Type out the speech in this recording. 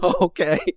Okay